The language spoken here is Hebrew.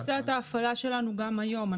זאת תפיסת ההפעלה שלנו גם היום.